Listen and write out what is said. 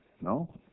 No